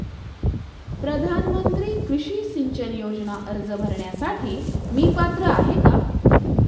प्रधानमंत्री कृषी सिंचन योजना अर्ज भरण्यासाठी मी पात्र आहे का?